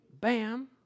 Bam